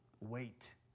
wait